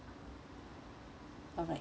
alright